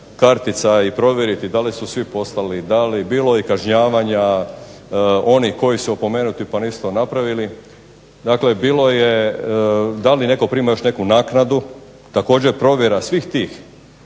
i provjeriti da li su svi poslali, da li, bilo je i kažnjavanja onih koji su opomenuti pa nisu to napravili. Dakle, bilo je, da li netko prima još neku naknadu. Također provjera svih tih